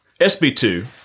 SB2